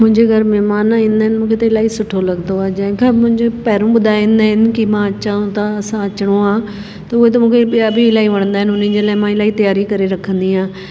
मुंहिंजे घर महिमान ईंदा आहिनि मूंखे त इलाही सुठो लॻंदो आहे जंहिं खां मुंहिंजो पहिरियों ॿुधाईंदा आहिनि कि मां अचूं था असां अचूं आं त उहे त मूंखे ॿिया बि इलाही वणंदा आहिनि उन्हनि जे लाइ मां इलाही तयारी करे रखंदी आहियां